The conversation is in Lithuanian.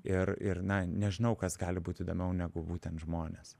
ir ir na nežinau kas gali būti įdomiau negu būtent žmonės